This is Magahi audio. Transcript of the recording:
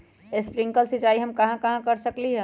स्प्रिंकल सिंचाई हम कहाँ कहाँ कर सकली ह?